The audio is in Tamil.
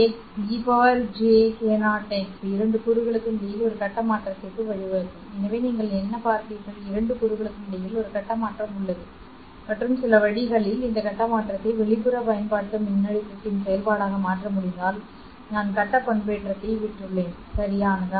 இருக்கும் இந்த சொல் k 0¿¿ இரண்டு கூறுகளுக்கும் இடையில் ஒரு கட்ட மாற்றத்திற்கு வழிவகுக்கும் எனவே நீங்கள் என்ன பார்த்தேன் இரண்டு கூறுகளுக்கும் இடையில் ஒரு கட்ட மாற்றம் உள்ளது மற்றும் சில வழிகளில் இந்த கட்ட மாற்றத்தை வெளிப்புற பயன்பாட்டு மின்னழுத்தத்தின் செயல்பாடாக மாற்ற முடிந்தால் நான் கட்ட பண்பேற்றத்தைப் பெற்றுள்ளேன் சரியானது